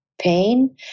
pain